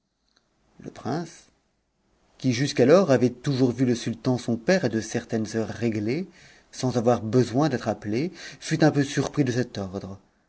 le prince qui jusqu'alors avait toujours vu le sultan son père à de certaines heures renées sans avoir besoin d'être appelé fut un peu surpris de cet ordre